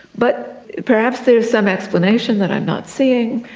but perhaps there is some explanation that i'm not seeing,